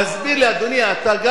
תסביר לי, אדוני, גם